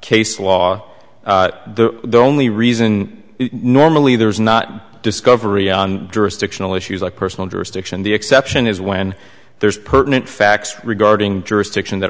case law the only reason normally there is not discovery on jurisdictional issues like personal jurisdiction the exception is when there's pertinent facts regarding jurisdiction that